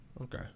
Okay